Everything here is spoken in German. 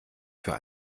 für